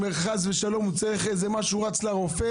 אם חס ושלום הוא צריך איזה משהו הוא רץ לרופא